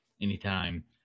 anytime